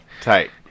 Tight